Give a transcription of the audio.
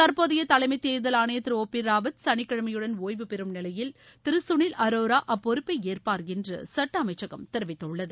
தற்போதைய தலைமை தேர்தல் ஆணையர் திரு ஓ பி ராவத் சனிக்கிழமையுடன் ஓய்வு பெறும் நிலையில் உள்ள திரு சுனில் அரோரா அப்பொறுப்பை ஏற்பார் என்று சுட்ட அமைச்சகம் தெரிவித்துள்ளது